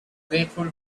grateful